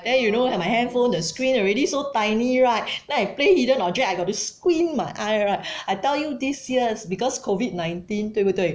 then you know my handphone the screen already so tiny right then I play hidden object I got to squint my eye right I tell you this years because COVID nineteen 对不对